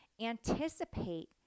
anticipate